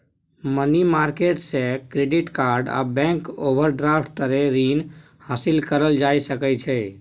money market से credit आ bank overdraft तरे रीन हासिल करल जा सकइ छइ